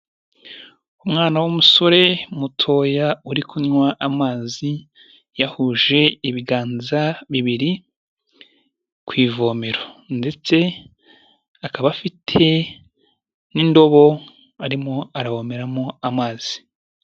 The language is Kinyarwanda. Umwana w'umusore mutoya uri kunywa amazi, yahuje ibiganza bibiri ku ivomero. Ndetse akaba afite n'indobo arimo aravomeramo amazi.